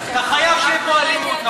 אתה מלבה פה אלימות.